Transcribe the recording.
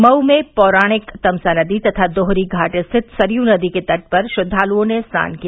मऊ में पौराणिक तमसा नदी तथा दोहरी घाट स्थित सरयू नदी के तट पर श्रद्दालुओं ने स्नान किया